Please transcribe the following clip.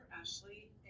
Ashley